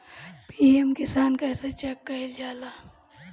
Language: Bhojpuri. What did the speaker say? पी.एम किसान कइसे चेक करल जाला?